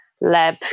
lab